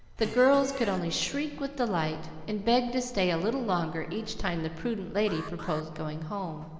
the girls could only shriek with delight, and beg to stay a little longer each time the prudent lady proposed going home.